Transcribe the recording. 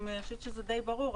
אני חושבת שזה די ברור,